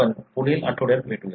आपण पुढील आठवड्यात भेटू